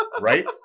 Right